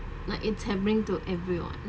like it's hammering to everyone